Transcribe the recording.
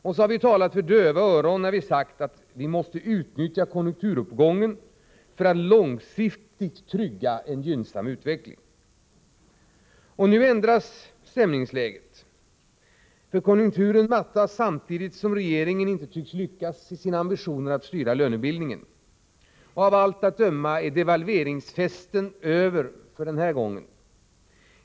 Vi har talat för döva öron när vi sagt att vi måste utnyttja konjunkturuppgången för att långsiktigt trygga en gynnsam utveckling. Nu ändras stämningsläget. Konjunkturen mattas samtidigt som regeringen inte tycks lyckas i sina ambitioner att styra lönebildningen. Av allt att döma är devalveringsfesten över för denna gång.